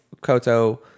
Koto